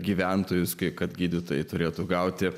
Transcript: gyventojus kad gydytojai turėtų gauti